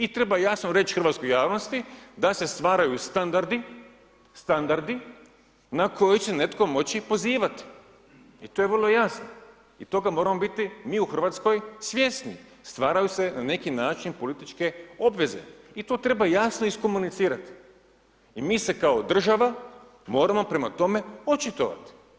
I treba jasno reći hrvatskoj javnosti da se stvaraju standardi na koji će netko moći pozivati i to je vrlo jasno i toga moramo biti mi u RH svjesni, stvaraju se na neki način političke obveze i to treba jasno iskomunicirati i mi se kao država moramo prema tome očitovati.